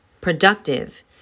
productive